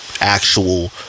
actual